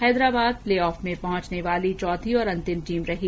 Hyderabad playoff में पहुंचने वाली चौथी और अंतिम टीम रही